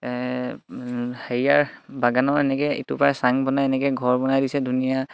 হেৰিয়াৰ বাগানৰ এনেকৈ এইটো পাৰে চাং বনাই এনেকৈ ঘৰ বনাই দিছে ধুনীয়া